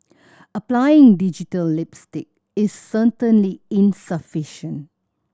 applying digital lipstick is certainly insufficient